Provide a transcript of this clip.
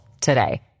today